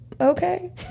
okay